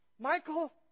Michael